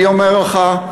אני אומר לך,